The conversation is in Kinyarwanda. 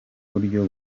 buryo